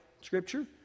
Scripture